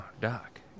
Doc